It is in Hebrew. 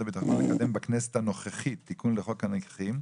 הביטחון לקדם בכנסת הנוכחית תיקון לחוק הנכים,